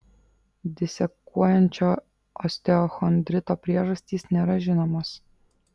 disekuojančio osteochondrito priežastys nėra žinomos